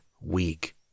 weak